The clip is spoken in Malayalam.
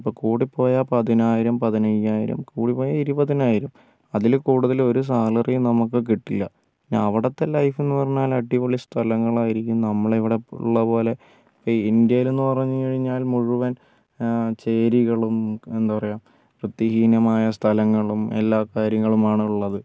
ഇപ്പോൾ കൂടിപ്പോയാൽ പതിനായിരം പതിനൈയ്യായിരം കൂടിപ്പോയാൽ ഇരുപതിനായിരം അതിൽ കൂടുതൽ ഒരു സാലറിയും നമുക്ക് കിട്ടില്ല ഇനി അവിടത്തെ ലൈഫ് എന്നുപറഞ്ഞാൽ അടിപൊളി സ്ഥലങ്ങളായിരിക്കും നമ്മളിവിടെ ഉള്ളപോലെ ഈ ഇന്ത്യയിൽ എന്നു പറഞ്ഞു കഴിഞ്ഞാൽ മുഴുവൻ ചേരികളും എന്താ പറയാ വൃത്തിഹീനമായ സ്ഥലങ്ങളും എല്ലാകാര്യങ്ങളുമാണുള്ളത്